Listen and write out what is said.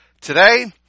Today